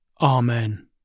Amen